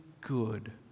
good